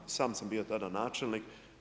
Sam sam bio tada načelnik.